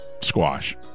squash